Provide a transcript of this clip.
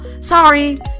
Sorry